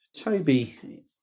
Toby